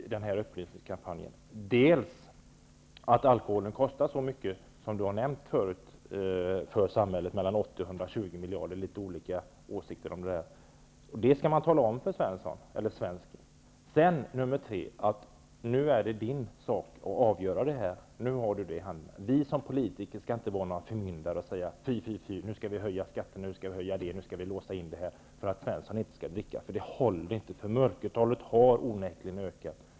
Alkoholen kostar samhället så mycket som Karin Pilsäter har nämnt förut, mellan 80 och 120 miljarder. Det är litet olika åsikter om siffrorna. Detta skall man tala om för svensken. Sedan skall man säga till svensken: Nu är det din sak att avgöra detta. Vi skall som politiker inte vara några förmyndare och säga: Fy, nu skall vi höja skatterna, nu skall vi låsa in detta, för att Svensson inte skall dricka. Det håller inte. Mörkertalet har onekligen ökat.